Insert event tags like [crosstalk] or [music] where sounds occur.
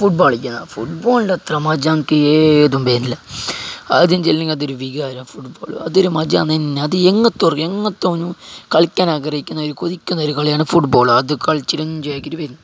football കളിക്കുന്ന ഫുട്ബോളിൻ്റെ അത്ര മജ്ജ നമുക്ക് ഏതും വരില്ല അതെന്ന് ചൊല്ലിയെങ്കിൽ അതൊരു വികാരമാണ് ഫുട്ബോൾ അതൊരു മജ്ജ ആണ് തന്നെ അത് എങ്ങനത്തെ ഒരു എങ്ങനത്തൊനും കളിയ്ക്കാൻ ആഗ്രഹിക്കുന്ന കൊതിക്കുന്ന ഒരു കളിയാണ് ഫുട്ബോള് അത് [unintelligible]